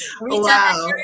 Wow